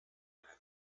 had